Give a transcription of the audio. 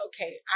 okay